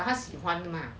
but 他喜欢 mah